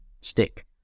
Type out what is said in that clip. stick